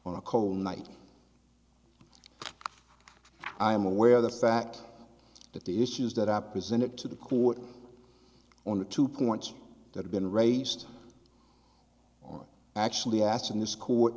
on a cold night i am aware of the fact that the issues that are presented to the court on the two points that have been raised actually asked in this court